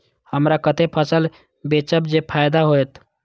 हमरा कते फसल बेचब जे फायदा होयत?